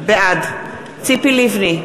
בעד ציפי לבני,